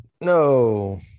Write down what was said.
no